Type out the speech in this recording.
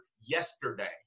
yesterday